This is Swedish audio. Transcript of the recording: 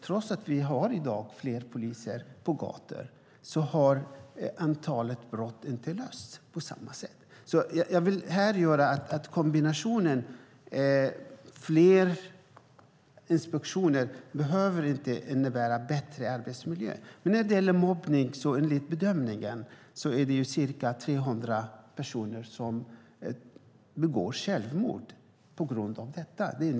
Trots att vi i dag har fler poliser på gatorna har inte antalet brott minskat. Jag vill här dra parallellen att fler inspektioner inte behöver innebära bättre arbetsmiljö. När det gäller mobbning bedöms det vara ca 300 personer som begår självmord på grund av detta.